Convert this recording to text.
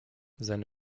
seine